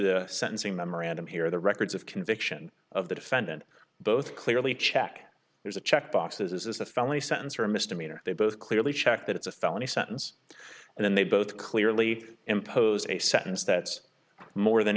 the sentencing memorandum here the records of conviction of the defendant both clearly check there's a checkbox this is the felony sentence for a misdemeanor they both clearly check that it's a felony sentence and then they both clearly impose a sentence that's more than